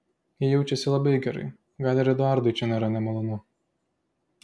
ji jaučiasi labai gerai gal ir eduardui čia nėra nemalonu